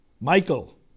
Michael